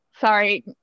sorry